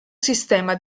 sistema